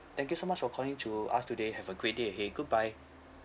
thank you so much for calling to us today have a great day ahead goodbye